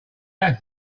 that